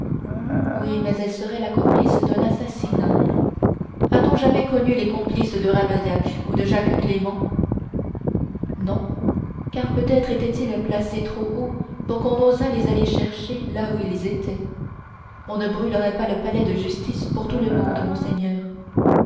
oui mais elle serait complice d'un assassinat a-t-on jamais connu les complices de ravaillac ou de jacques clément non car peut-être étaient-ils placés trop haut pour qu'on osât les aller chercher là où ils étaient on ne brûlerait pas le palais de justice pour tout le monde monseigneur